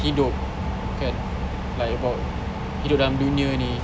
hidup kan like about hidup dalam dunia ni